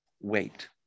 Wait